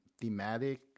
thematic